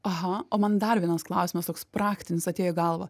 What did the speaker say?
aha o man dar vienas klausimas toks praktinis atėjo į galvą